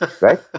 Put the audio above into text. right